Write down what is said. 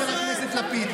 חבר הכנסת לפיד,